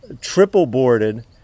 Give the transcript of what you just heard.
triple-boarded